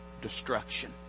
destruction